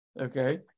okay